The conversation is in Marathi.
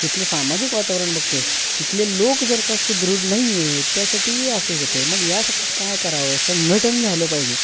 तिथलं सामाजिक वातावरण बघतो आहे तिथले लोक जर का सुदृढ नाही आहे त्यासाठी हे असंच होत आहे मग यासाठी काय करावं संघटन झालं पाहिजे